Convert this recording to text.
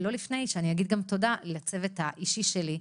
לא לפני שאגיד תודה גם לצוות האישי שלי,